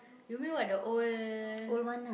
you mean what the old